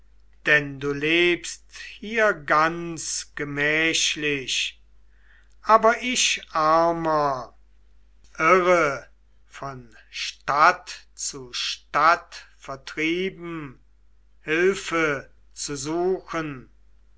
denn du lebst hier ganz gemächlich aber ich armer irre von stadt zu stadt vertrieben hilfe zu suchen